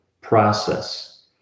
process